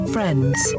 Friends